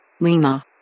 Lima